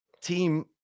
team